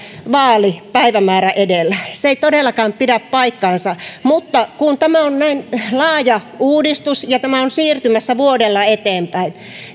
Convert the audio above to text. vaalipäivämäärä edellä että se ei todellakaan pidä paikkaansa mutta kun tämä on näin laaja uudistus ja tämä on siirtymässä vuodella eteenpäin